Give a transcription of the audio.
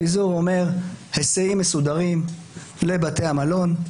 פיזור אומר היסעים מסודרים לבתי המלון,